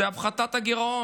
1. זה הפחתת הגירעון.